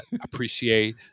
appreciate